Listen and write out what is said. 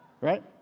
right